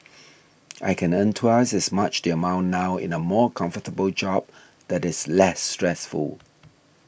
I can earn twice as much the amount now in a more comfortable job that is less stressful